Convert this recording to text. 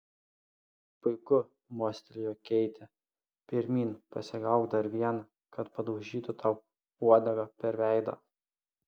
puiku mostelėjo keitė pirmyn pasigauk dar vieną kad padaužytų tau uodega per veidą